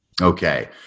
Okay